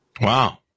Wow